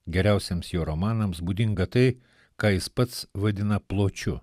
geriausiems jo romanams būdinga tai ką jis pats vadina pločiu